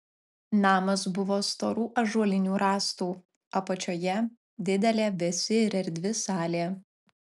namas buvo storų ąžuolinių rąstų apačioje didelė vėsi ir erdvi salė